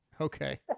Okay